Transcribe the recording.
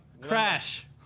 crash